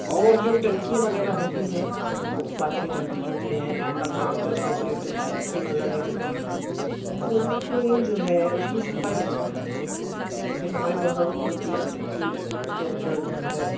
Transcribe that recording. اور جو ٹنکیاں وغیرہ ہوتی ہیں جو پانی کی ٹنکی ہوتی ہے پانچ سو لیٹر چھ سو لیٹر کی ایک ہزار لیٹر کی تو اس میں جو ہے اس کی صفائی ہوتی ہے اس کی صفائی بہت ضروری ہوتی ہے کیوں کہ اس کے اندر جو ہے